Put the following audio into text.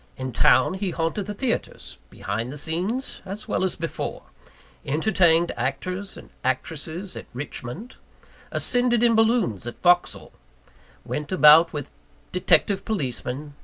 in town, he haunted the theatres, behind the scenes as well as before entertained actors and actresses at richmond ascended in balloons at vauxhall went about with detective policemen,